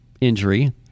injury